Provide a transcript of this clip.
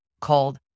called